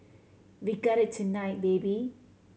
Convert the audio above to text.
we got it tonight baby